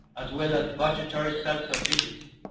as well as budgetary self-sufficiency.